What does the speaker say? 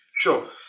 Sure